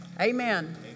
Amen